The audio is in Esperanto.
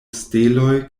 steloj